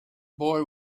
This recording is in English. boy